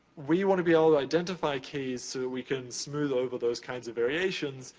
we wanna be able to identify keys so we can smooth over those kinds of variations,